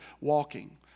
walking